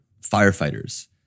firefighters